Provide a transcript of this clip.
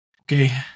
Okay